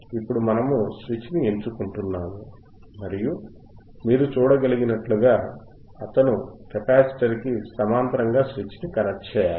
ఇప్పుడు మనము స్విచ్ ని ఎంచుకుంటున్నాము మరియు మీరు చూడగలిగినట్లుగా అతను కెపాసిటర్ కి సమాంతరముగా స్విచ్ ని కనెక్ట్ చేయాలి